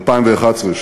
2011,